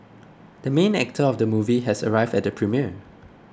the main actor of the movie has arrived at the premiere